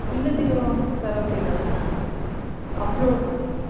ಇಲ್ಲದಿರೋ ಕರೋಕೆಗಳನ್ನು ಅಪ್ಲೋಡ್ ಮಾಡಿ